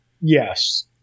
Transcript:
yes